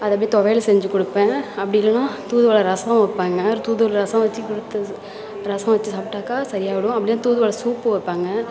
அதை அப்படியே தொவையல் செஞ்சு கொடுப்பேன் அப்படி இல்லைன்னா தூதுவளை ரசம் வைப்பேன்ங்க தூதுவளை ரசம் வச்சு ரசம் வச்சு சாப்பிடாக்கா சரியாகிடும் அப்படியே தூதுவளை சூப்பு வைப்பாங்க